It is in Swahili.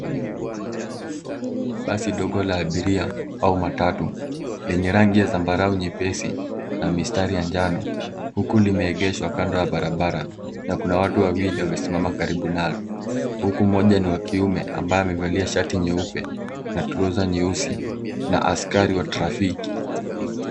Basi ndogo la abiria au matatu, lenye rangi ya zambarau nyepesi na mistari ya njano huku limeegeshwa kando ya barabara na kuna watu wawili wamesimama karibu nalo huku mmoja ni wa kiume ambaye amevalia shati nyeupe na trouser nyeusi na askari wa trafiki.